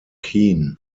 keen